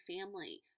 family